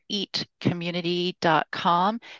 eatcommunity.com